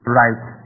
right